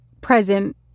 present